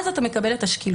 אז אתה מקבל את השקילות.